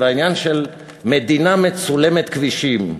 והעניין של מדינה מצולמת כבישים,